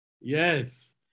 Yes